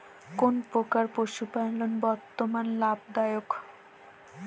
কোন প্রকার পশুপালন বর্তমান লাভ দায়ক?